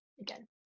Again